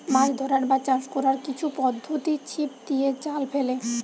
মাছ ধরার বা চাষ কোরার কিছু পদ্ধোতি ছিপ দিয়ে, জাল ফেলে